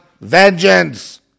vengeance